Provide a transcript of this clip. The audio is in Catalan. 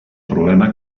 problema